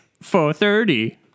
Four-thirty